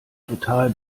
total